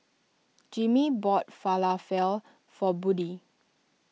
Jimmie bought Falafel for Buddie